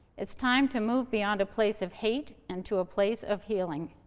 it's time to move beyond a place of hate and to a place of healing.